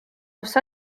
все